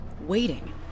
waiting